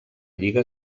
lliga